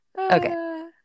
Okay